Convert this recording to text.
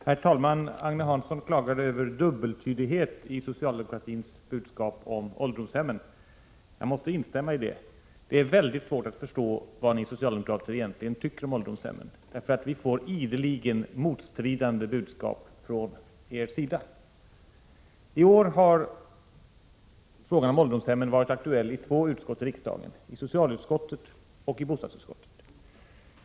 Herr talman! Agne Hansson klagade över dubbeltydighet i socialdemokratins budskap om ålderdomshemmen. Jag måste instämma i det. Det är Prot. 1986/87:125 mycket svårt att förstå vad ni socialdemokrater egentligen tycker om ålderdomshemmen. Vi får ju ideligen motstridiga budskap från er sida. Tår har frågan om ålderdomshemmen varit aktuell i två utskott i riksdagen: socialutskottet och bostadsutskottet.